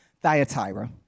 Thyatira